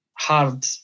hard